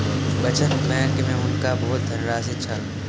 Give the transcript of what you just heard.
बचत बैंक में हुनका बहुत धनराशि जमा छल